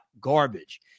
garbage